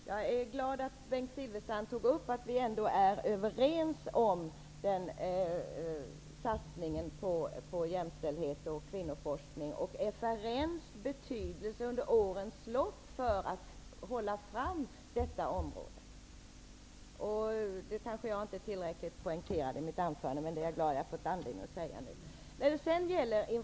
Herr talman! Jag är glad att Bengt Silfverstrand tog upp att vi ändå är överens om satsningen på jämställdhet och kvinnoforskning och om FRN:s betydelse under årens lopp för att hålla fram detta område. Det kanske jag inte poängterade tillräckligt i mitt anförande, men jag är glad att jag har fått anledning att säga det nu.